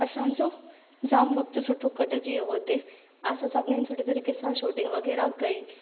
असांजो जाम वक़्त सुठो कटिजी वियो हिते असां सभिनीनि सुठे तरीक़े सां शूटिंग वग़ैरह कई